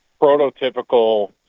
prototypical